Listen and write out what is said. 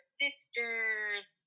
sisters